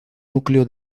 núcleo